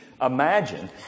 imagine